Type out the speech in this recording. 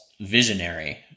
visionary